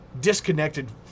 disconnected